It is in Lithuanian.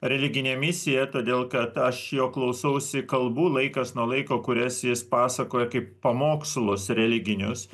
religinę misiją todėl kad aš jo klausausi kalbų laikas nuo laiko kurias jis pasakoja kaip pamokslus religinius